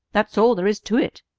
that's all there is to it.